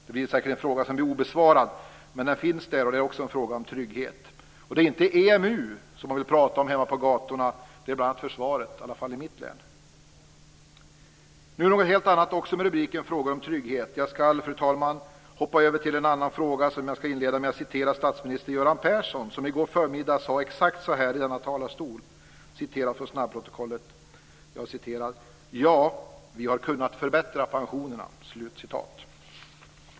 Det är säkert en fråga som förblir obesvarad, men den finns där, och det är också en fråga om trygghet. Det är inte EMU som man vill prata om hemma på gatorna; det är försvaret, i alla fall i mitt län. Nu ska jag ta upp något helt annat, också under rubriken "Trygghet". Jag ska, fru talman, hoppa över till en annan fråga, och jag ska inleda med att citera statsminister Göran Persson, som i går förmiddag sade exakt så här i denna talarstol, citerat ur snabbprotokollet: "Ja, vi har kunnat förbättra pensionerna."